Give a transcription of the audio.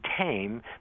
tame